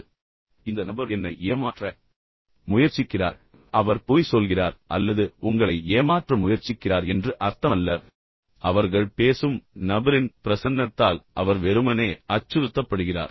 எனவே இந்த நபர் உண்மையில் என்னை ஏமாற்ற முயற்சிக்கிறார் அவர் அல்லது அவள் பொய் சொல்கிறார்கள் அல்லது உங்களை ஏமாற்ற முயற்சிக்கிறார்கள் என்று அர்த்தமல்ல ஆனால் அவர்கள் பேசும் நபரின் பிரசன்னத்தால் அவர் வெறுமனே அச்சுறுத்தப்படுகிறார்